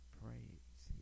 praise